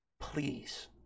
Please